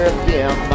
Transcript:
again